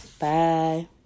Bye